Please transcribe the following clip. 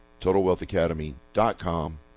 TotalWealthAcademy.com